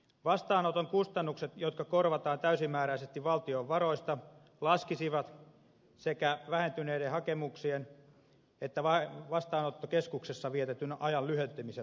vastaanoton kustannukset jotka korvataan täysimääräisesti valtion varoista laskisivat sekä vähentyneiden hakemuksien että vastaanottokeskuksessa vietetyn ajan lyhentymisen vuoksi